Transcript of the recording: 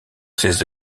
ses